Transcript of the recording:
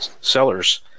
sellers